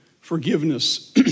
forgiveness